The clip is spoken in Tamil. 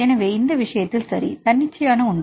எனவே இந்த விஷயத்தில் சரி தன்னிச்சையான ஒன்று